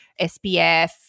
SPF